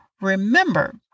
Remember